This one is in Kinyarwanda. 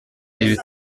ibi